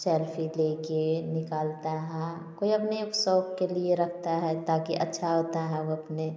selfie देख के निकलता है कोई अपने शोक के लिए रखता है ताकि अच्छा होता है वो अपने